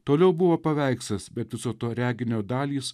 toliau buvo paveikslas bet viso to reginio dalys